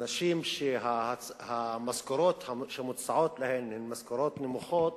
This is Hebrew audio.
נשים שהמשכורות שמוצעות להן הן משכורות נמוכות.